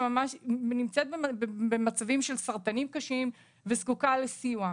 שנמצאת במצב של סרטנים קשים וזקוקה לסיוע.